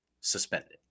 suspended